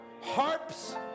Harps